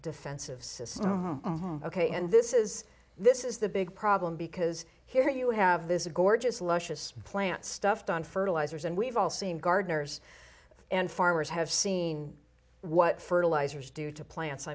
defensive system ok and this is this is the big problem because here you have this gorgeous luscious plant stuffed on fertilizers and we've all seen gardeners and farmers have seen what fertilizers do to plants i